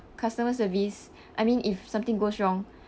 customer service I mean if something goes wrong